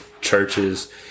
churches